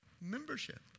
membership